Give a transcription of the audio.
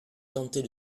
tentait